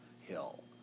hill